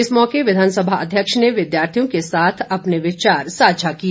इस मौके विधानसभा अध्यक्ष ने विद्यार्थियों के साथ अपने विचार साझा किए